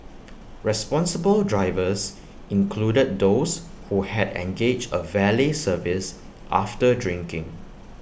responsible drivers included those who had engaged A valet service after drinking